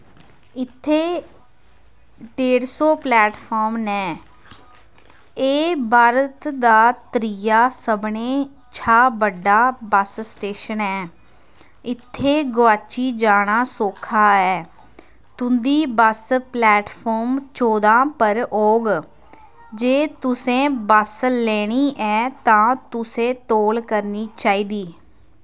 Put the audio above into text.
इत्थै डेढ सौ प्लेटफार्म ने एह् भारत दा त्रीआ सभनें शा बड्डा बस स्टेशन ऐ इत्थै गोआची जाना सौखा ऐ तुं'दी बस प्लेटफार्म चौां पर औग जे तुसें बस लैनी ऐ तां तुसें तौल करनी चाहिदी